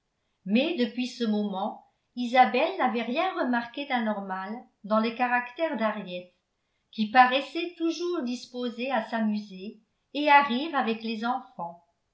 mais depuis ce moment isabelle n'avait rien remarqué d'anormal dans le caractère d'henriette qui paraissait toujours disposée à s'amuser et à rire avec les enfants